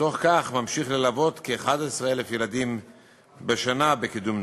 ובתוך כך ממשיך ללוות כ-11,000 ילדים בשנה בקידום נוער.